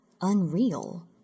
unreal